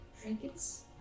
Trinkets